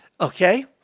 Okay